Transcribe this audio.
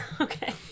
Okay